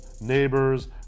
neighbors